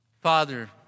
father